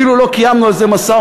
אפילו לא קיימנו על זה משא-ומתן.